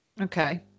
Okay